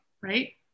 Right